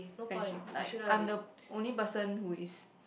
friendship like I'm the only person who is